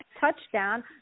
touchdown